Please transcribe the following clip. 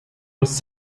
was